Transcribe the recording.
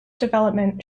development